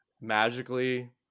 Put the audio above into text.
magically